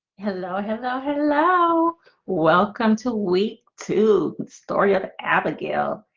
hello hello. hello welcome to week two story of abigail.